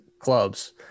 clubs